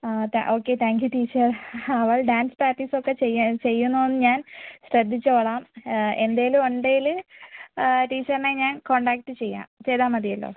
ആ ത okay thank you teacher അവൾ ഡാൻസ് പ്രാക്ടീസ് ഒക്കെ ചെയ്യ ചെയ്യുന്നോ എന്ന് ഞാൻ ശ്രദ്ധിച്ചോളാം എന്തെങ്കിലും ഉണ്ടെങ്കിൽ ടീച്ചറിനെ ഞാൻ കോൺടാക്ട് ചെയ്യാം ചെയ്താൽ മതിയല്ലോ